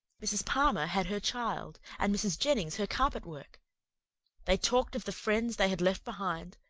mrs. palmer had her child, and mrs. jennings her carpet-work they talked of the friends they had left behind,